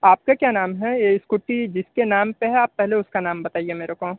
आपका क्या नाम है ये स्कूटी जिसके नाम पर है आप पहले उसका नाम बताइए मेरे को